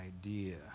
idea